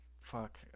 fuck